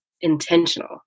intentional